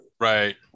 Right